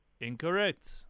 Incorrect